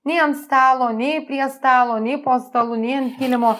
nei ant stalo nei prie stalo nei po stalu nei ant kilimo